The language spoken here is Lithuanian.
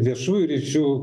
viešųjų ryšių